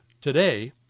today